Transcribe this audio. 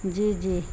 جی جی